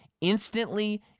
instantly